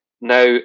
Now